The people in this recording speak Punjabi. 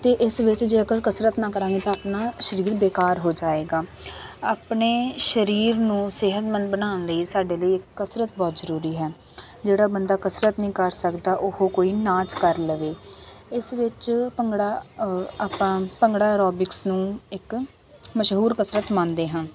ਅਤੇ ਇਸ ਵਿੱਚ ਜੇਕਰ ਕਸਰਤ ਨਾ ਕਰਾਂਗੇ ਤਾਂ ਨਾ ਸਰੀਰ ਬੇਕਾਰ ਹੋ ਜਾਵੇਗਾ ਆਪਣੇ ਸਰੀਰ ਨੂੰ ਸਿਹਤਮੰਦ ਬਣਾਉਣ ਲਈ ਸਾਡੇ ਲਈ ਕਸਰਤ ਬਹੁਤ ਜ਼ਰੂਰੀ ਹੈ ਜਿਹੜਾ ਬੰਦਾ ਕਸਰਤ ਨਹੀਂ ਕਰ ਸਕਦਾ ਉਹ ਕੋਈ ਨਾਚ ਕਰ ਲਵੇ ਇਸ ਵਿੱਚ ਭੰਗੜਾ ਆਪਾਂ ਭੰਗੜਾ ਐਰੋਬਿਕਸ ਨੂੰ ਇੱਕ ਮਸ਼ਹੂਰ ਕਸਰਤ ਮੰਨਦੇ ਹਾਂ